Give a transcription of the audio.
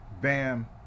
Bam